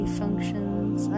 functions